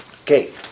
Okay